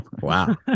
Wow